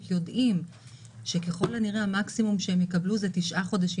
יודעים שככל הנראה המקסימום שהם יקבלו זה תשעה חודשים.